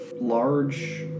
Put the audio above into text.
large